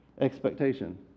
expectation